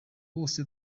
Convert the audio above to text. bose